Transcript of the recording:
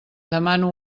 demano